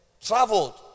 traveled